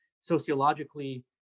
sociologically